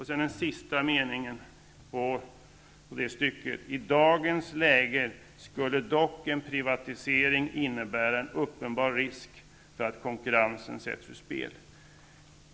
Så den sista meningen i stycket: ''I dagens läge skulle dock en privatisering innebära en uppenbar risk för att konkurrensen sätts ur spel.''